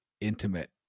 intimate